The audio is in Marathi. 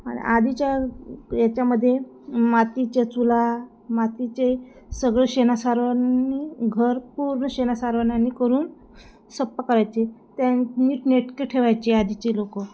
आणि आधीच्या याच्यामध्ये मातीच्या चुली मातीचे सगळं शेणासारवणाने घर पूर्ण शेणासारवणाने करून सोपा करायचे त्या नीटनेटके ठेवायचे आधीचे लोक